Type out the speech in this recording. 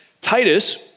Titus